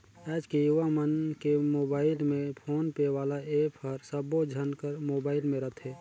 आएज के युवा मन के मुबाइल में फोन पे वाला ऐप हर सबो झन कर मुबाइल में रथे